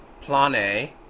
Plane